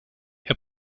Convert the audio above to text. herr